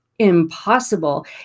impossible